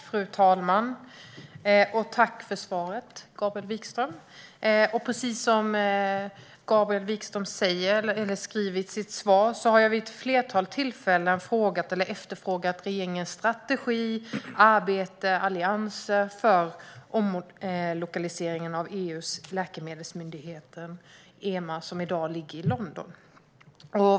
Fru talman! Jag vill tacka Gabriel Wikström för svaret. Precis som han säger i sitt svar har jag vid ett flertal tillfällen efterfrågat regeringens strategi, arbete eller eventuella allianser för omlokaliseringen av EU:s läkemedelsmyndighet, EMA, som i dag ligger i London.